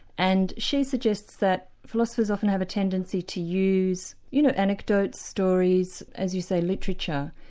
and she suggests that philosophers often have a tendency to use you know anecdotes, stories, as you say, literature,